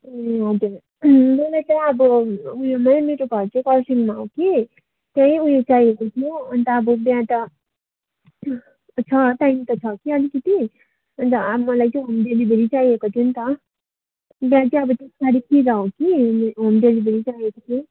ए हजुर मलाई चाहिँ अब उयो मेन मेरो घर चाहिँ कर्सियङमा हो कि त्यहीँ उयो चाहिएको थियो अन्त अब बिहा त छ टाइम त छ कि अलिकति अन्त मलाई चाहिँ होम डेलिभरी चाहिएको थियो त बिहा चाहिँ अब तिस तारिकतिर हो कि होम होम डेलिभरी चाहिँ चाहिएको थियो